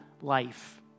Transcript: life